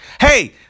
Hey